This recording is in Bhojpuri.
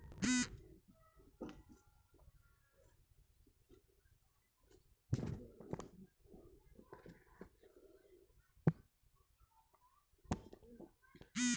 सनइ बोअला के बाद खेत में पोषण बढ़ जाला